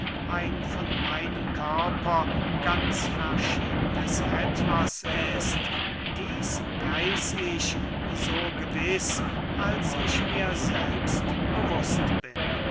ein von meinem körper ganz verschiedenes etwas ist dieß weiß ich so gewiß als ich mir selbst bewußt bin